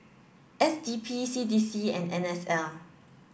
S D P C D C and N S L